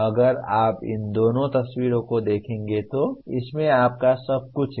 अगर आप इन दोनों तस्वीरों को देखेंगे तो इसमें आपका सब कुछ है